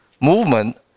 movement